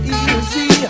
easy